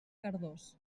cardós